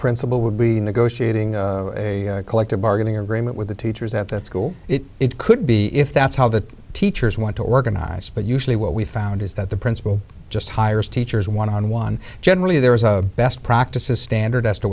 principal would be negotiating a collective bargaining agreement with the teachers at that school it could be if that's how the teachers want to organize but usually what we found is that the principal just hires teachers one on one generally there is a best practices standard as to